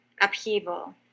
upheaval